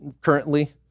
currently